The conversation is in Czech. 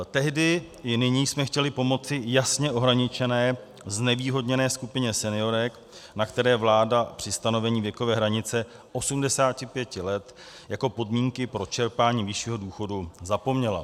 Tehdy i nyní jsme chtěli pomoci jasně ohraničené znevýhodněné skupině seniorek, na které vláda při stanovení věkové hranice 85 let jako podmínky pro čerpání vyššího důchodu zapomněla.